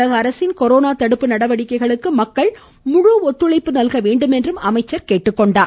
தமிழக அரசின் கொரோனா தடுப்பு நடவடிக்கைகளுக்கு மக்கள் முழு ஒத்துழைப்பு அளிக்க வேண்டும் என்று அவர் கேட்டுக்கொண்டார்